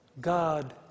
God